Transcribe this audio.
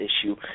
issue